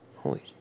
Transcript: Holy